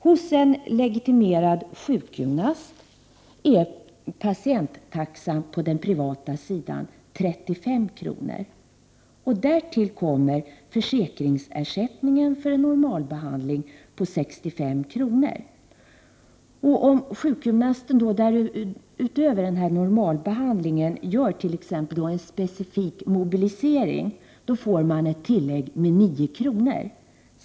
Hos en legitimerad sjukgymnast är patienttaxan på den privata sidan 35 kr. Därtill kommer försäkringsersättningen för en normalbehandling på 65 kr. Om sjukgymnasten utöver normalbehandlingen gör t.ex. en specifik mobilisering får han ett tillägg med 9 kr.